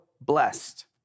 blessed